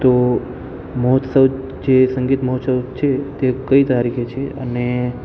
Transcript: તો મહોત્સવ જે સંગીત મહોત્સવ છે તે કઈ તારીખે છે અને